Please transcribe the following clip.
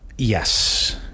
Yes